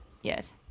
yes